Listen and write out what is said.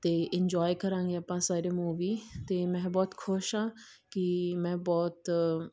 ਅਤੇ ਇੰਜੋਏ ਕਰਾਂਗੇ ਆਪਾਂ ਸਾਰੇ ਮੂਵੀ ਅਤੇ ਮੈਂ ਬਹੁਤ ਖੁਸ਼ ਹਾਂ ਕਿ ਮੈਂ ਬਹੁਤ